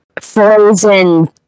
frozen